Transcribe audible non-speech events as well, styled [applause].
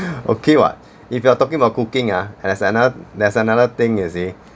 [laughs] okay what if you are talking about cooking ah and that's another that's another thing you see